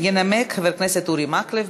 ינמק חבר הכנסת אורי מקלב.